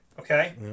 okay